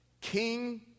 king